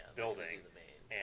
building